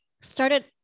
started